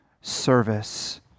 service